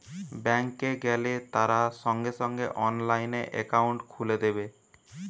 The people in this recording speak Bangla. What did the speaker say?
ব্যাঙ্ক এ গেলে তারা সঙ্গে সঙ্গে অনলাইনে একাউন্ট খুলে দেবে